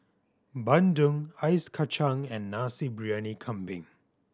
bandung ice kacang and Nasi Briyani Kambing